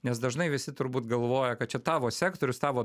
nes dažnai visi turbūt galvoja kad čia tavo sektorius tavo